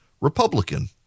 Republican